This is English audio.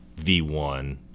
V1